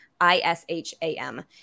I-S-H-A-M